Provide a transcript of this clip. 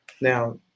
Now